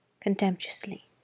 contemptuously